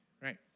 right